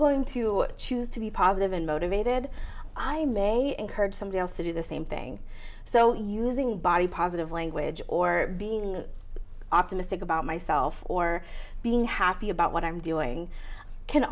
going to choose to be positive and motivated i may encourage somebody else to do the same thing so using body positive language or being optimistic about myself or being happy about what i'm doing can